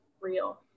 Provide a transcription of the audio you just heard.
real